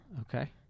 Okay